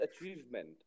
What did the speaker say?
achievement